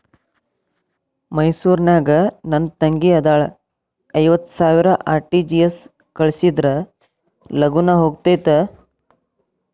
ಮೈಸೂರ್ ನಾಗ ನನ್ ತಂಗಿ ಅದಾಳ ಐವತ್ ಸಾವಿರ ಆರ್.ಟಿ.ಜಿ.ಎಸ್ ಕಳ್ಸಿದ್ರಾ ಲಗೂನ ಹೋಗತೈತ?